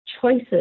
choices